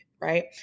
right